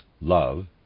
love